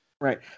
Right